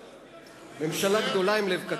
כתוב: ממשלה גדולה עם לב קטן.